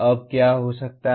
अब क्या हो सकता है